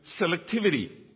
selectivity